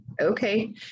Okay